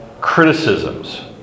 criticisms